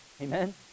amen